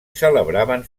celebraven